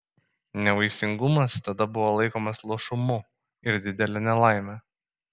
nevaisingumas tada buvo laikomas luošumu ir didele nelaime